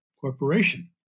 corporation